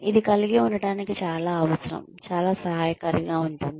ఇది కలిగి ఉండటానికి చాలా అవసరం చాలా సహాయకారిగా ఉంటుంది